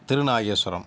Thirunageswaram